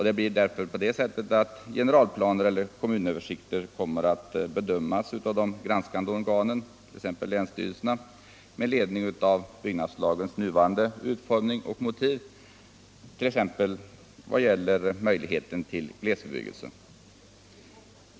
Det blir därför på det sättet att generalplaner eller kommunöversikter kommer att bedömas av de granskande organen, t.ex. länsstyrelserna, med ledning av byggnadslagens nuvarande utformning och motiv, t.ex. vad gäller möjligheten till glesbebyggelse.